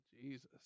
Jesus